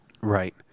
Right